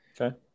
Okay